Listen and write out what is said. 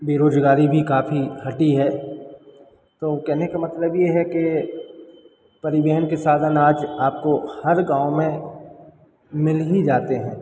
बेरोजगारी भी काफ़ी हटी है तो कहने का मतलब ये है के परिवहन के साधन आज आपको हर गाँव में मिल ही जाते हैं